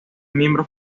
miembro